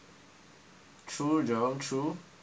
true Jerome true Jerome true not gonna lie